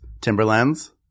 Timberlands